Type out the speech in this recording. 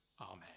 Amen